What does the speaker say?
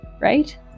right